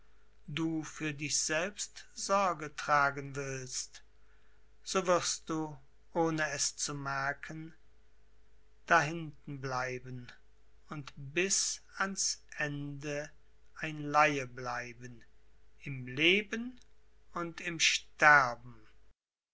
du für dich selbst sorge tragen willst so wirst du ohne es zu merken dahintenbleiben und bis an's ende ein laie bleiben im leben und im sterben